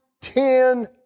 ten